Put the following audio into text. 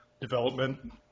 development